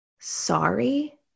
sorry